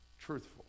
truthful